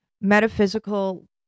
metaphysical